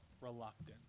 reluctant